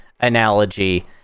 analogy